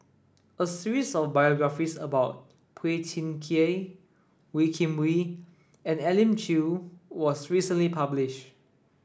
a series of biographies about Phua Thin Kiay Wee Kim Wee and Elim Chew was recently publish